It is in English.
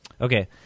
Okay